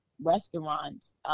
restaurants